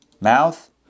Mouth